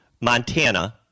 Montana